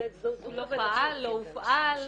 הוא לא פעל, לא הופעל,